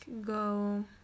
go